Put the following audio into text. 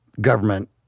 government